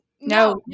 No